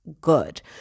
good